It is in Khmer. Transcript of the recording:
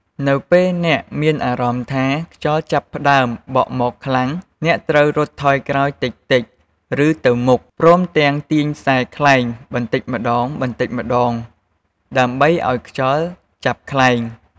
នៅពេលអ្នកមានអារម្មណ៍ថាខ្យល់ចាប់ផ្តើមបក់មកខ្លាំង អ្នកត្រូវរត់ថយក្រោយតិចៗ ឬទៅមុខ ព្រមទាំងទាញខ្សែខ្លែងបន្តិចម្តងៗ ដើម្បីឱ្យខ្យល់ចាប់ខ្លែង។